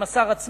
עם השר עצמו.